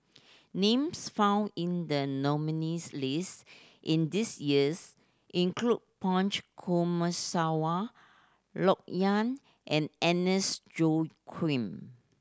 names found in the nominees' list in this years include Punch Coomaraswamy Loke Yew and Agnes Joaquim